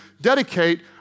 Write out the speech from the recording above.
dedicate